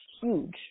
huge